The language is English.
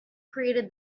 created